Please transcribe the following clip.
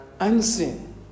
unseen